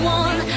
one